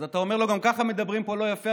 אז אתה אומר לו: גם ככה מדברים פה לא יפה,